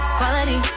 quality